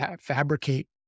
fabricate